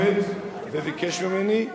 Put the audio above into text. פנה אלי מורי ורבי הרב מלמד וביקש ממני,